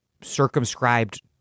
circumscribed